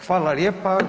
Hvala lijepa.